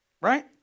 Right